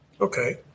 Okay